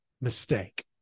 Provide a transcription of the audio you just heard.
mistake